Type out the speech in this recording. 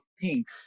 pink